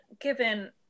given